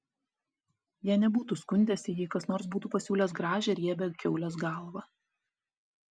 jie nebūtų skundęsi jei kas nors būtų pasiūlęs gražią riebią kiaulės galvą